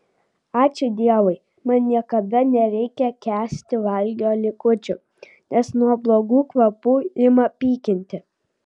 ačiū dievui man niekada nereikia kęsti valgio likučių nes nuo blogų kvapų ima pykinti